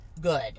good